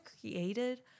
created